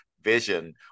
vision